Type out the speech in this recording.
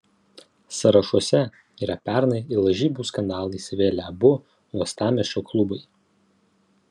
sąrašuose yra pernai į lažybų skandalą įsivėlę abu uostamiesčio klubai